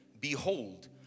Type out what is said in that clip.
Behold